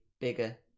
bigger